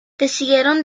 decidieron